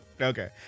Okay